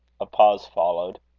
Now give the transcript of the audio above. a pause followed.